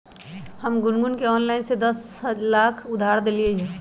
हम गुनगुण के ऑनलाइन से दस लाख उधार देलिअई ह